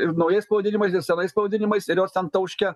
ir naujais pavadinimais ir senais pavadinimais ir jos ten tauškia